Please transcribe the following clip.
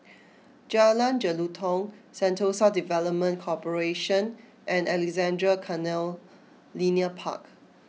Jalan Jelutong Sentosa Development Corporation and Alexandra Canal Linear Park